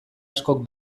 askok